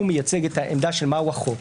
הוא מייצג את העמדה של החוק,